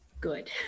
good